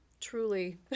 Truly